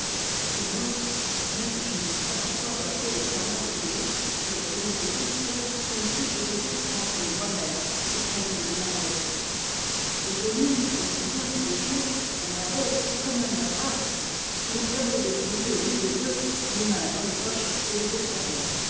dès lors bien que je n'eusse pas encore passé l'examen de pilote je les connaissais tous certes comme si je les eusse plantés moi-même ces cailloux de malheur et de nuit aussi bien que de jour à mer haute comme à mer basse je me serais débrouillé au milieu d'eux les mains dans les poches et les yeux fermés